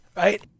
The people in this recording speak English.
Right